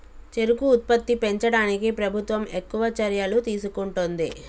చెరుకు ఉత్పత్తి పెంచడానికి ప్రభుత్వం ఎక్కువ చర్యలు తీసుకుంటుంది